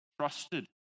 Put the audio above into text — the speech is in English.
trusted